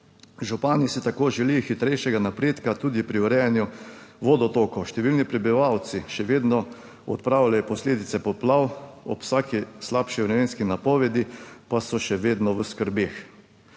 Župani si tako želijo hitrejšega napredka tudi pri urejanju vodotokov. Številni prebivalci še vedno odpravljajo posledice poplav, ob vsaki slabši vremenski napovedi pa so še vedno v skrbeh.